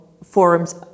forums